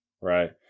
Right